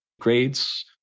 Grades